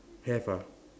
have ah